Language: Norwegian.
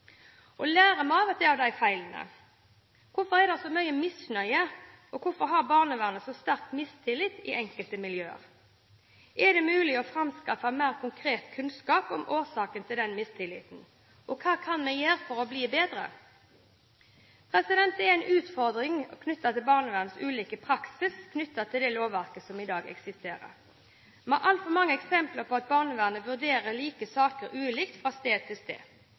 av feilene? Hvorfor er det så mye misnøye, og hvorfor er det så sterk mistillit til barnevernet i enkelte miljøer? Er det mulig å framskaffe mer konkret kunnskap om årsaken til den mistilliten? Og hva kan vi gjøre for å bli bedre? Det er en utfordring knyttet til barnevernets ulike praksis ved det lovverket som i dag eksisterer. Vi har altfor mange eksempler på at barnevernet vurderer like saker ulikt fra sted til sted.